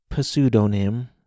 pseudonym